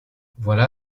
voilà